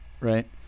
right